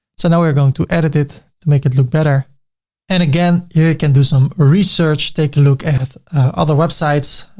so now we're going to edit it to make it look better and again, here you can do some research, take a look at other websites,